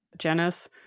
Janice